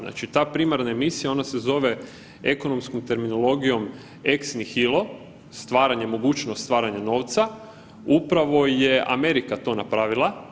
Znači, ta primarna emisija, ona se zove ekonomskom terminologijom „ex nihilo“ stvaranje mogućnost, stvaranje novca, upravo je Amerika to napravila.